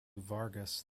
vargas